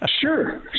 Sure